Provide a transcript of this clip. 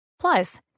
Plus